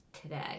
today